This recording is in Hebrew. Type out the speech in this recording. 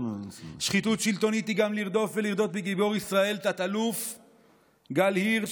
שחיתות שלטונית היא גם לרדוף ולרדות בגיבור ישראל תא"ל גל הירש,